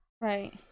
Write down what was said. Right